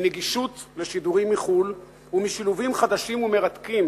מנגישות לשידורים מחו"ל ומשילובים חדשים ומרתקים